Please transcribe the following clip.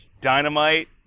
Dynamite